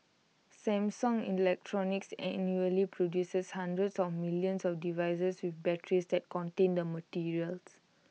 Samsung electronics annually produces hundreds of millions of devices with batteries that contain the materials